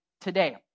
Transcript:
today